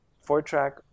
four-track